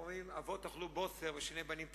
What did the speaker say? איך אומרים: "אבות אכלו בוסר ושיני בנים תקהינה".